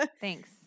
Thanks